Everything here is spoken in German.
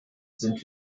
sind